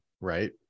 right